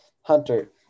Hunter